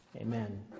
Amen